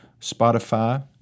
Spotify